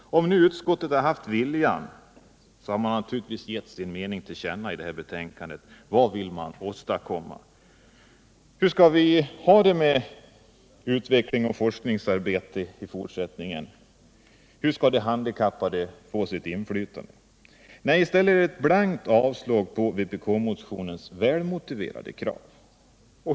Om utskottet haft viljan hade man naturligtvis gett sin mening till känna i detta betänkande. Vad vill man åstadkomma? Hur skall vi ha det med utvecklingsoch forskningsarbetet i fortsättningen? Hur skall de handikappade få något inflytande? Nej, i stället är det ett blankt avslag på vpkmotionens välmotiverade krav.